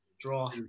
Draw